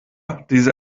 diese